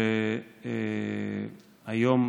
שהיום